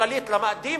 חללית למאדים,